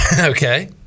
Okay